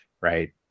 right